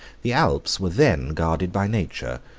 the alps were then guarded by nature,